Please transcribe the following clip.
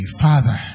Father